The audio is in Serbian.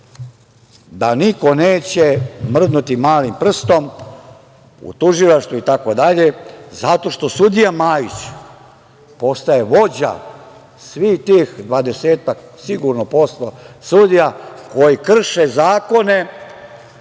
da niko neće mrdnuti malim prstom u tužilaštvu, zato što sudija Majić postaje vođa svih tih 20-ak sigurno posto sudija koji krše zakone